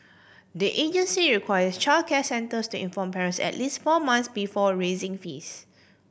the agency requires childcare centres to inform parents at least four months before raising fees